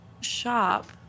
shop